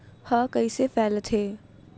ह कइसे फैलथे?